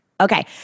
Okay